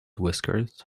whiskers